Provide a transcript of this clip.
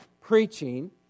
Preaching